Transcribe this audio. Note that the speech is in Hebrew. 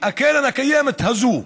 הקרן הקיימת הזאת,